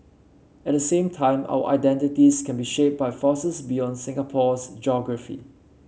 at the same time our identities can be shaped by forces beyond Singapore's geography